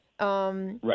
right